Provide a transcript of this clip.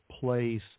place